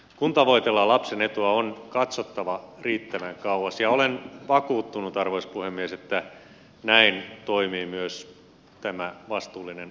kun tavoitellaan lapsen etua on katsottava riittävän kauas ja olen vakuuttunut arvoisa puhemies että näin toimii myös tämä vastuullinen hallitus